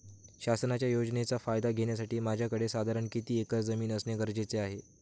शासनाच्या योजनेचा फायदा घेण्यासाठी माझ्याकडे साधारण किती एकर जमीन असणे गरजेचे आहे?